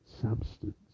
substance